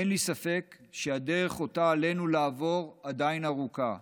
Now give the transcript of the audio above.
אין לי ספק שהדרך שעלינו לעבור עדיין ארוכה,